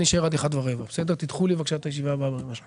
תודה רבה לך שר האוצר